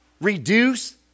reduce